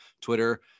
Twitter